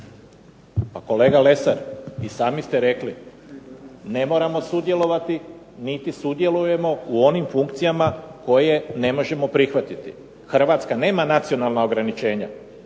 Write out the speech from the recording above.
Pa kolega Lesar i sami ste rekli ne moramo sudjelovati, mi ne sudjelujemo u onim funkcijama koje ne možemo prihvatiti. Hrvatska nema nacionalna ograničenja,